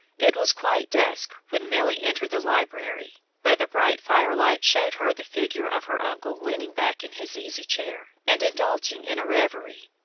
it was quite dusk when milly entered the library, but the bright firelight showed her the figure of her uncle leaning back in his easy chair, and indulging in a reverie.